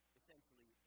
essentially